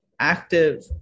active